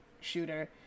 shooter